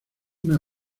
una